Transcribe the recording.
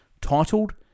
titled